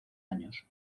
años